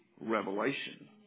revelation